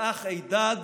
האח הידד